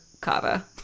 cava